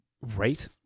Right